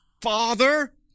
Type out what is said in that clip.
Father